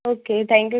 okay thank you